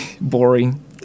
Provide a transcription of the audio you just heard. boring